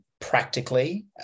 practically